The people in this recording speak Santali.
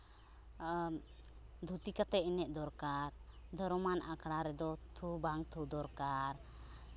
ᱫᱷᱩᱛᱤ ᱠᱟᱛᱮᱫ ᱮᱱᱮᱡ ᱫᱚᱨᱠᱟᱨ ᱫᱷᱚᱨᱚᱢᱟᱱ ᱟᱠᱷᱲᱟ ᱨᱮᱫᱚ ᱛᱷᱩ ᱵᱟᱝ ᱛᱷᱩ ᱫᱚᱨᱠᱟᱨ